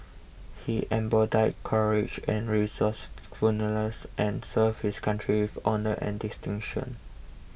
he embodied courage and resourcefulness and served his country with honour and distinction